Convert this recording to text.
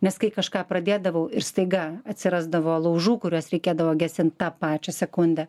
nes kai kažką pradėdavau ir staiga atsirasdavo laužų kuriuos reikėdavo gesinti tą pačią sekundę